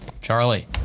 Charlie